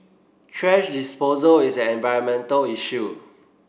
thrash disposal is an environmental issue